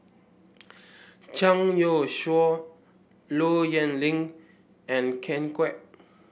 Zhang Youshuo Low Yen Ling and Ken Kwek